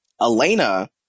Elena